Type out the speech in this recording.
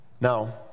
Now